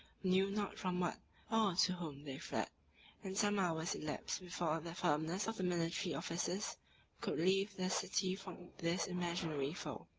knew not from what or to whom they fled and some hours elapsed before the firmness of the military officers could relieve the city from this imaginary foe.